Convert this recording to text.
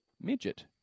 midget